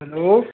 hello